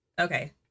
Okay